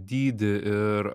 dydį ir